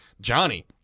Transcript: Johnny